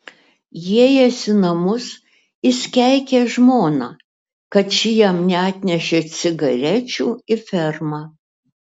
įėjęs į namus jis keikė žmoną kad ši jam neatnešė cigarečių į fermą